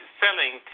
selling